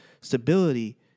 stability